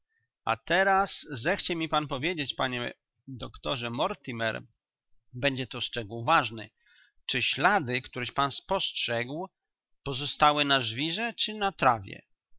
a teraz zechciej mi pan powiedzieć doktorze mortimer będzie to szczegół ważny czy ślady któreś pan spostrzegł pozostały na żwirze czy na trawie